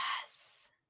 Yes